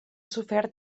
sofert